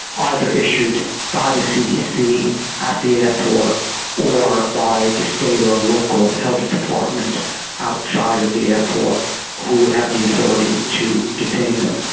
either issued by the cdc at the airport or by the state or local health department outside of the airport who would have the authority to detain them.